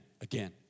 again